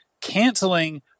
canceling